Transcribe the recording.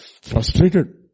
frustrated